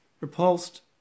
repulsed